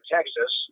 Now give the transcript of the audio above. Texas